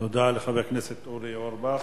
תודה לחבר הכנסת אורי אורבך.